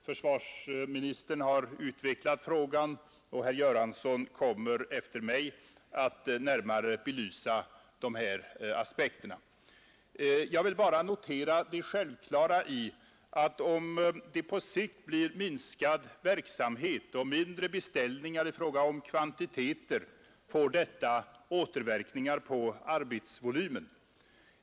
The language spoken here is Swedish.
Försvarsministern har utvecklat frågan, och herr Göransson kommer efter mig att närmare belysa de här aspekterna. Jag vill bara notera det självklara i att om det på sikt blir mindre verksamhet och mindre beställningar i fråga om kvantiteter får detta återverkningar på arbetsvolymen.